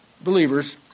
believers